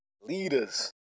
leaders